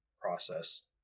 process